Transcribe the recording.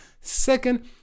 Second